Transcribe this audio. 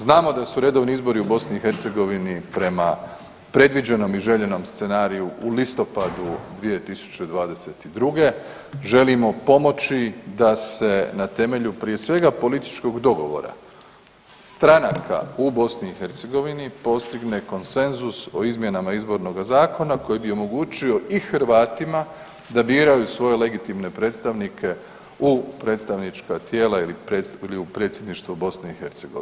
Znamo da su redovni izbori u BiH prema predviđenom i željenom scenariju u listopadu 2022., želimo pomoći da se na temelju prije svega političkog dogovora stranaka u BiH postigne konsenzus o izmjenama izbornoga zakona koji bi omogućio i Hrvatima da biraju svoje legitimne predstavnike u predstavnička tijela ili u predsjedništvo BiH.